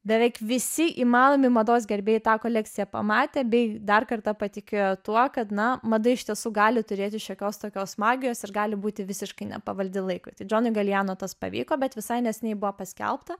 beveik visi įmanomi mados gerbėjai tą kolekciją pamatė bei dar kartą patikėjo tuo kad na mada iš tiesų gali turėti šiokios tokios magijos ir gali būti visiškai nepavaldi laikui tai džonui galijano tas pavyko bet visai neseniai buvo paskelbta